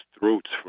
throats